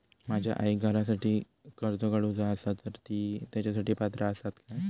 माझ्या आईक घरासाठी कर्ज काढूचा असा तर ती तेच्यासाठी पात्र असात काय?